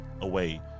away